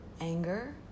anger